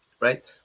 right